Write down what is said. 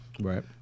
Right